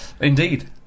Indeed